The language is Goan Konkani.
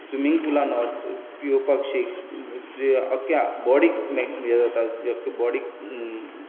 स्विमिंग पूलान वच पेंवपाक शिक तुज्या आख्या बॉडिक हे जाता तुज्या अख्या बॉडिक